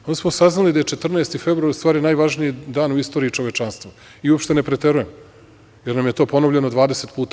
Onda smo saznali da je 14. februar u stvari najvažniji dan u istoriji čovečanstva i uopšte ne preterujem, jer nam je to ponovljeno 20 puta.